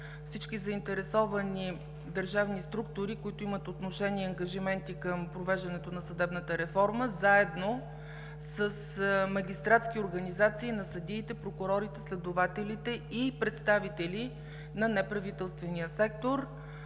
всички заинтересовани държавни структури, които имат отношение и ангажименти към провеждането на съдебната реформа, заедно с магистратски организации на съдиите, прокурорите, следователите и представители на неправителствения сектор.